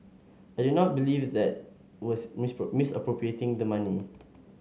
I did not believe that was misappropriating the money